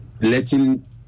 letting